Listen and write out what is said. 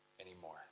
anymore